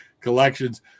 collections